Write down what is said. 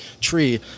tree